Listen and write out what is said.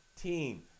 team